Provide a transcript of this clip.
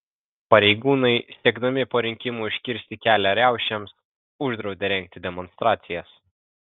pareigūnai siekdami po rinkimų užkirsti kelią riaušėms uždraudė rengti demonstracijas